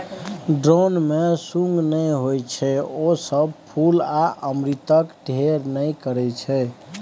drone मे सुंग नहि होइ छै ओ सब फुल आ अमृतक ढेर नहि करय छै